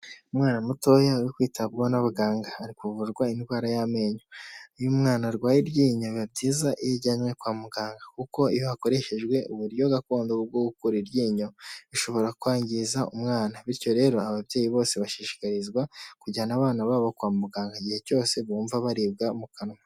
Umwana mutoya urikwitabwaho n'abaganga ari kuvurwa indwara y'amenyo, iyo umwana arwaye iryinyo biba byiza iyo ayajyanywe kwa muganga kuko iyo hakoreshejwe uburyo gakondo bwo gukura iryinyo bishobora kwangiza umwana bityo rero ababyeyi bose bashishikarizwa kujyana abana babo kwa muganga igihe cyose bumva baribwa mu kanwa.